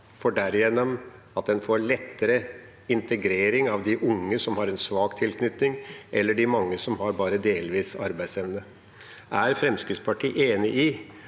for derigjennom at en får lettere integrering av de unge som har en svak tilknytning, eller de mange som har bare delvis arbeidsevne. Er Fremskrittspartiet enig i